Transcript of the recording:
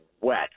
wet